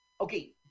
okay